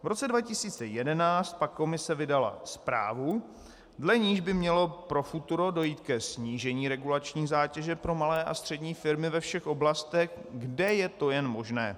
V roce 2011 pak Komise vydala zprávu, dle níž by mělo pro futuro dojít ke snížení regulační zátěže pro malé a střední firmy ve všech oblastech, kde je to jen možné.